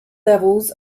levels